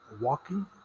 walking